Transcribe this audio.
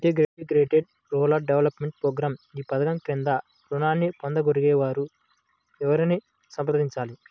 Integrated rural development programme ఈ పధకం క్రింద ఋణాన్ని పొందగోరే వారు ఎవరిని సంప్రదించాలి?